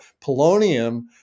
polonium